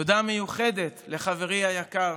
תודה מיוחדת לחברי היקר,